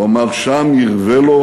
הוא אמר: שם ירווה לו